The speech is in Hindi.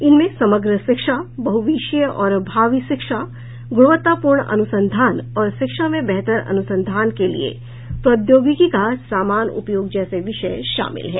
इनमें समग्र शिक्षा बहुविषयीय और भावी शिक्षा गुणवत्तापूर्ण अनुसंधान और शिक्षा में बेहतर अनुसंधान के लिए प्रौद्योगिकी का समान उपयोग जैसे विषय शामिल हैं